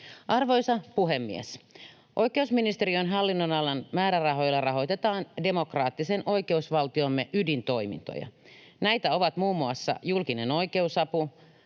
Arvoisa puhemies! Oikeusministeriön hallinnonalan määrärahoilla rahoitetaan demokraattisen oikeusvaltiomme ydintoimintoja. Näitä ovat muun muassa julkinen oikeusapu,